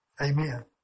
Amen